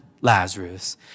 Lazarus